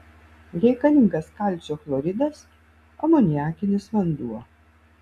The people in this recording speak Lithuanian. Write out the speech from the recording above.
reikalingas kalcio chloridas amoniakinis vanduo